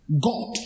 God